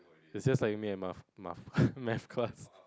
it's just like me in math math class